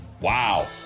Wow